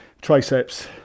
triceps